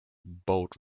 boat